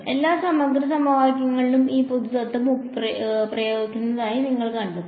എല്ലാ സമഗ്ര സമവാക്യങ്ങളിലും ഈ പൊതുതത്ത്വം പ്രയോഗിക്കുന്നതായി നിങ്ങൾ കണ്ടെത്തും